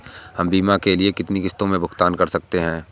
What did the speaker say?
हम बीमा के लिए कितनी किश्तों में भुगतान कर सकते हैं?